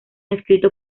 escrito